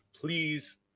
please